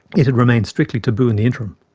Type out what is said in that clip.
it had remained strictly taboo in the interim.